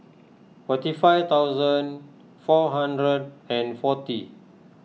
forty five thousand four hundred and forty